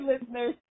listeners